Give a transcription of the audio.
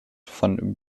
von